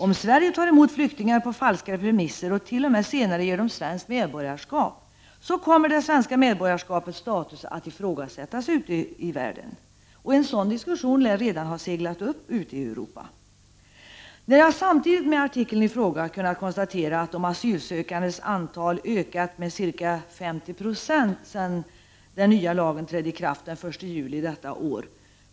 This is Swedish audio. Om Sverige tar emot flyktingar på falska premisser och t.o.m. senare ger dem svenskt medborgarskap, kommer det svenska medborgarskapets status att ifrågasättas ute i världen. En sådan diskussion lär redan ha seglat upp ute i Europa. Man har också kunnat konstatera att de asylsökandes antal ökat med ca 50 90 sedan den nya lagen trädde i kraft den 1 juli i år.